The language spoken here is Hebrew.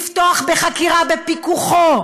לפתוח בחקירה בפיקוחו,